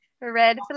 red